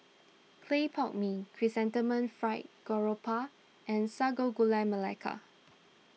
Clay Pot Mee Chrysanthemum Fried Garoupa and Sago Gula Melaka